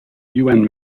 yuan